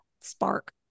spark